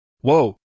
Whoa